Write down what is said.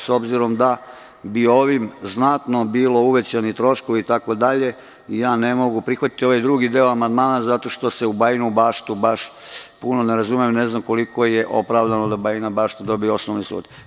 S obzirom, da bi ovim znatno bili uvećani troškovi itd, ja ne mogu prihvatiti ovaj drugi deo amandmana zato što se u Bajinu Baštu baš puno ne razumem, ne znam koliko je opravdano da Bajina Bašta dobije osnovni sud.